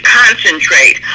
concentrate